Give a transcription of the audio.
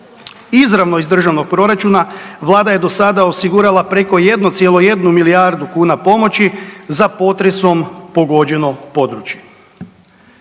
Izravno iz državnog proračuna Vlada je do sada osigurala preko 1,1 milijardu kuna pomoći za potresom pogođeno područje.